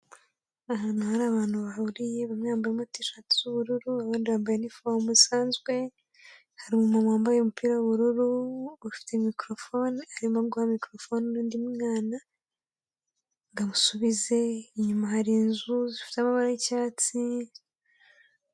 Ahantu hari abantu bahuriye, bamwe bambayemo tishati z'ubururu, abandi bambaye inifomu zisanzwe, hari umumama wambaye umupira w'ubururu, ufite mikorofone, arimo guha mikorofone undi mwana ngo amusubize, inyuma hari inzu zifite amabara y'icyatsi.